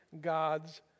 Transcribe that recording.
God's